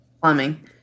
plumbing